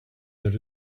that